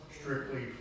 strictly